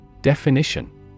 Definition